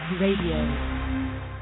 Radio